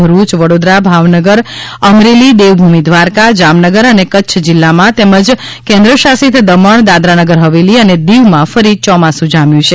ભરૂચ વડોદરા ભાવનગર અમરેલી દેવભૂમિ દ્વારકા જામનગર અને કચ્છ જીલ્લામાં તેમજ કેન્દ્રશાસિત દમણ દાદરાનગર હવેલી અને દિવમાં ફરી ચોમાસુ જામ્યું છે